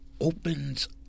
opens